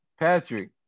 Patrick